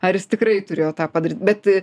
ar jis tikrai turėjo tą padaryti bet